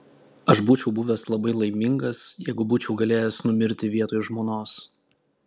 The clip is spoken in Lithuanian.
aš būčiau buvęs labai laimingas jeigu būčiau galėjęs numirti vietoj žmonos